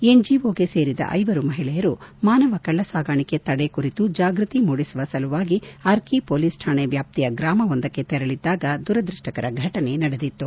ಎನ್ಜಿಒಗೆ ಸೇರಿದ ಐವರು ಮಹಿಳೆಯರು ಮಾನವ ಕಳ್ಲ ಸಾಗಣಿಕೆ ತಡೆ ಕುರಿತು ಜಾಗೃತಿ ಮೂಡಿಸುವ ಸಲುವಾಗಿ ಅರ್ಕಿ ಹೊಲೀಸ್ ಕಾಣೆ ವ್ಹಾಪ್ಗಿಯ ಗ್ರಾಮವೊಂದಕ್ಕೆ ತೆರಳಿದ್ಗಾಗ ದುರದ್ವಷ್ಷಕರ ಫಟನೆ ನಡೆದಿತು